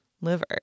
liver